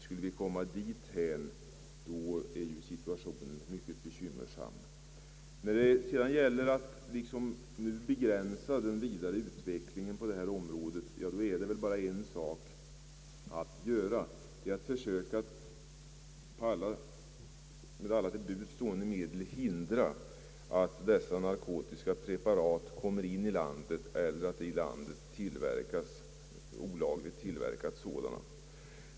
Skulle vi komma dithän är situationen mycket bekymmersam. När det gäller att begränsa den vidare utvecklingen av narkotikabruk finns det bara en sak att göra: att försöka med alla till buds stående medel hindra att dessa narkotiska preparat kommer in i landet och hindra att det i landet olagligt tillverkas sådana.